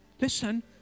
Listen